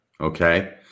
okay